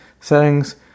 settings